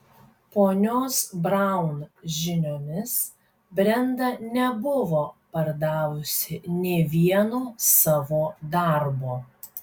ponios braun žiniomis brenda nebuvo pardavusi nė vieno savo darbo